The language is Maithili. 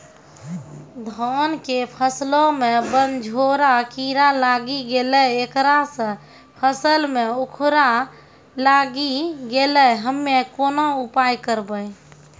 धान के फसलो मे बनझोरा कीड़ा लागी गैलै ऐकरा से फसल मे उखरा लागी गैलै हम्मे कोन उपाय करबै?